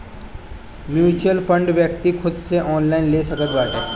mutual fund व्यक्ति खुद से ऑनलाइन ले सकत बाटे